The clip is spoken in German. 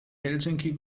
helsinki